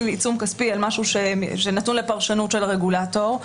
עיצום כספי על משהו שנתון לפרשנות של רגולטור.